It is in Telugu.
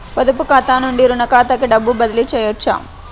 పొదుపు ఖాతా నుండీ, రుణ ఖాతాకి డబ్బు బదిలీ చేయవచ్చా?